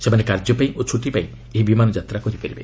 ସେମାନେ କାର୍ଯ୍ୟ ପାଇଁ ଓ ଛୁଟି ପାଇଁ ଏହି ବିମାନ ଯାତ୍ରା କରିପାରିବେ